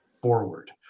forward